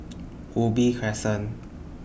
Ubi Crescent